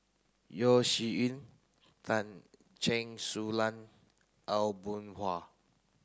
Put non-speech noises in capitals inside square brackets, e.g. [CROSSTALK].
Yeo Shih Yun [UNINTELLIGIBLE] Chen Su Lan Aw Boon Haw